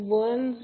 36 13